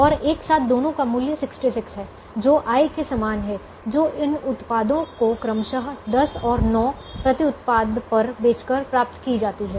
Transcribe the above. और एक साथ दोनों का मूल्य 66 है जो आय के समान है जो इन उत्पादों को क्रमशः 10 और 9 प्रति उत्पाद पर बेचकर प्राप्त की जाती है